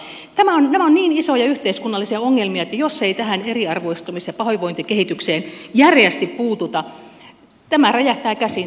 nämä ovat niin isoja yhteiskunnallisia ongelmia että jos ei tähän eriarvoistumis ja pahoinvointikehitykseen järeästi puututa nämä ongelmat räjähtävät käsiin